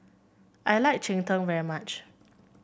I like Cheng Tng very much